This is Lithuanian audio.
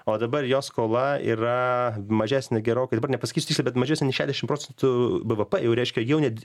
o dabar jo skola yra mažesnė gerokai dabar nepasakysiu tiksliai bet mažesnė nei šešiadešimt procentų bvp jau reiškia jau net